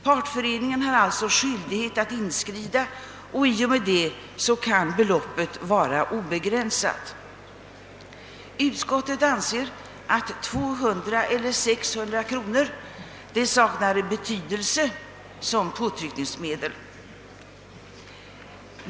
Partföreningen har alltså skyldighet att inskrida, och i och med detta kan beloppet vara obegränsat. Utskottet anser att 200 eller 600 kronor saknar betydelse som påtryckningsmedel.